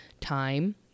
time